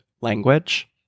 language